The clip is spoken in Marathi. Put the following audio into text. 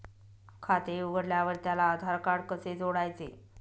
खाते उघडल्यावर त्याला आधारकार्ड कसे जोडायचे?